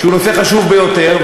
שהוא נושא חשוב ביותר,